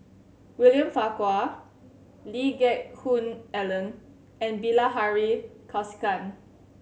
William Farquhar Lee Geck Hoon Ellen and Bilahari Kausikan